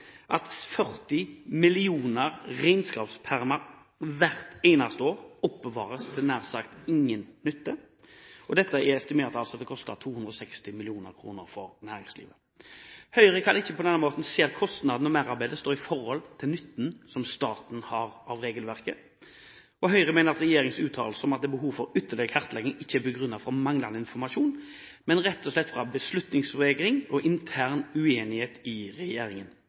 at 40 millioner regnskapspermer hvert eneste år oppbevares nær sagt til ingen nytte, og dette er estimert til å koste 260 mill. kr for næringslivet. Høyre kan ikke se at kostnaden og merarbeidet står i forhold til nytten som staten har av regelverket. Høyre mener at regjeringens uttalelser om at det er behov for ytterligere kartlegging, ikke er begrunnet ut fra manglende informasjon, men rett og slett ut fra beslutningsvegring og intern uenighet i regjeringen.